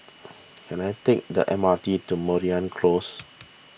can I take the M R T to Mariam Close